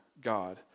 God